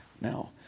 Now